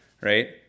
right